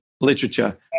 literature